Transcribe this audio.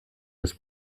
des